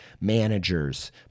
Managers